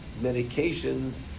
medications